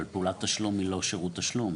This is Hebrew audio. אבל, פעולת תשלום היא לא שירות תשלום.